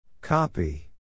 Copy